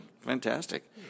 Fantastic